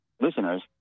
listeners